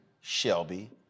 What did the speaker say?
Shelby